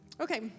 Okay